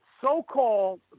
so-called